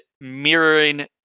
mirroring